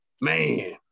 man